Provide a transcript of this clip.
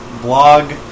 blog